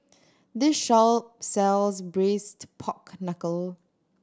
this shop sells Braised Pork Knuckle